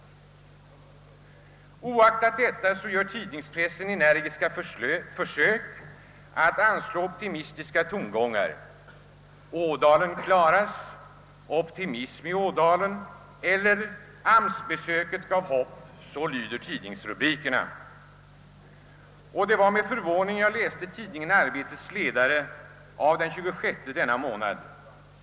Oaktat detta gör tidningspressen energiska försök att anslå optimistiska tongångar. »Ådalen klaras» — »Optimism i Ådalen» eller »AMS-besöket gav hopp» — så lyder tidningsrubrikerna. Det var också med förvåning jag läste tidningen Arbetets ledare av den 26 denna månad.